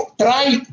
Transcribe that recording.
try